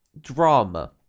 drama